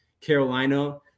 Carolina